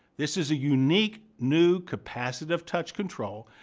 this is a unique, new capacitive touch control,